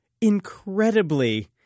incredibly